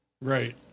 Right